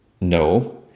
no